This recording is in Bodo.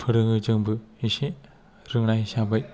फोरोङो जोंबो एसे रोंनाय हिसाबै